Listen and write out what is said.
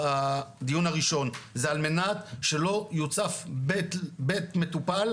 בדיון הראשון, זה על מנת שלא יוצף בית המטופל,